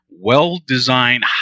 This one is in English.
well-designed